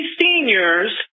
seniors